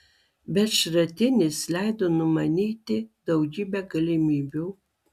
bet šratinis leido numanyti daugybę galimybių